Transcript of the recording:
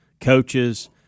coaches